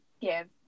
give